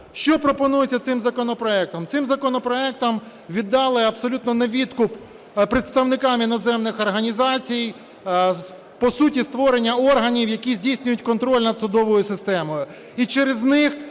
Що пропонується цим законопроектом? Цим законопроектом віддали абсолютно на відкуп представникам іноземних організацій по суті створення органів, які здійснюють контроль над судовою системою,